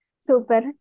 Super